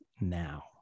now